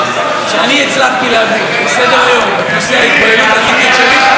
השיח הוא לא לוסי וצחי,